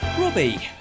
Robbie